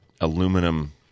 aluminum